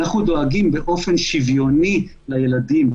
אנחנו דואגים באופן שוויוני לילדים.